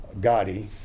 Gotti